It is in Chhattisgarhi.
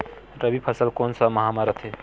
रबी फसल कोन सा माह म रथे?